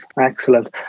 Excellent